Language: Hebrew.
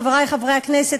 חברי חברי הכנסת,